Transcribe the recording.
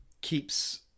keeps